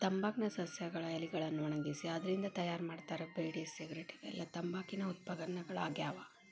ತಂಬಾಕ್ ನ ಸಸ್ಯಗಳ ಎಲಿಗಳನ್ನ ಒಣಗಿಸಿ ಅದ್ರಿಂದ ತಯಾರ್ ಮಾಡ್ತಾರ ಬೇಡಿ ಸಿಗರೇಟ್ ಇವೆಲ್ಲ ತಂಬಾಕಿನ ಉತ್ಪನ್ನಗಳಾಗ್ಯಾವ